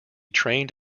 trained